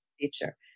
teacher